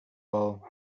all